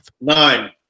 Nine